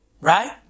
right